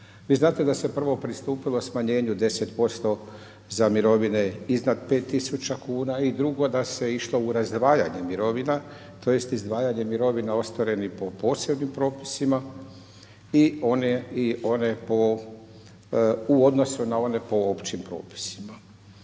Vi znate da se prvo pristupilo smanjenju 10 posto za mirovine iznad 5 tisuća kuna, i drugo, da se išlo u razdvajanje mirovina, tj. izdvajanje mirovina ostvarenih po posebnim propisima i one po, i one u odnosu na one po općim propisima.